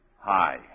Hi